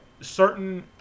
certain